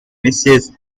mrs